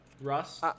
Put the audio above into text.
Russ